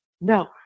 No